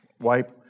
wipe